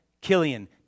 Killian